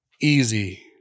easy